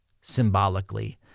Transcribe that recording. symbolically